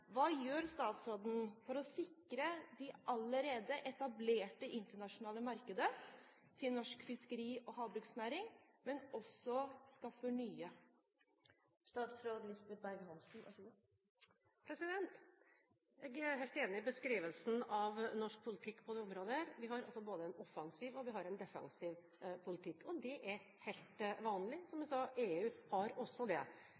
Hva gjør statsråden for å sikre de allerede etablerte internasjonale markeder til norsk fiskeri- og havbruksnæring, og også skaffe nye? Jeg er helt enig i beskrivelsen av norsk politikk på dette området. Vi har både en offensiv og en defensiv politikk, og det er helt vanlig – som sagt har EU også det,